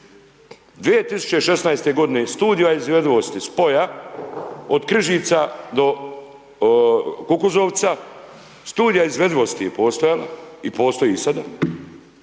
2016. godine i studija izvedivosti spoja od Križica do Kukuzovca, studija izvedivosti je postojala i postoji i sada,